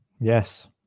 yes